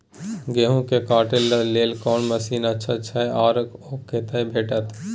गेहूं के काटे के लेल कोन मसीन अच्छा छै आर ओ कतय भेटत?